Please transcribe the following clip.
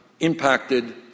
impacted